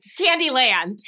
Candyland